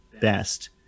best